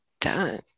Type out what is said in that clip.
done